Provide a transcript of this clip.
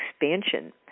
expansion